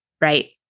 Right